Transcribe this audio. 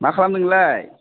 मा खालामदों नोंलाय